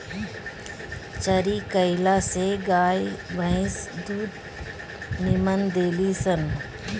चरी कईला से गाई भंईस दूध निमन देली सन